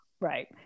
Right